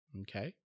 Okay